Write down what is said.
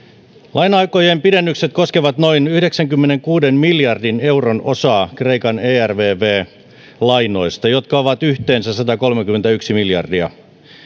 laina aikojen pidennykset koskevat noin yhdeksänkymmenenkuuden miljardin euron osaa kreikan ervv lainoista jotka ovat yhteensä satakolmekymmentäyksi miljardia